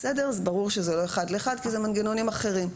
ברור שזה לא אחד לאחד כי אלה מנגנונים אחרים.